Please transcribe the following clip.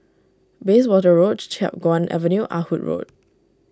Bayswater Road Chiap Guan Avenue Ah Hood Road